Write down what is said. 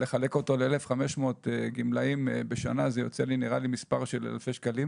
לחלק אותו ל-1,500 גמלאים בשנה זה יוצא לי נראה לי מספר של אלפי שקלים.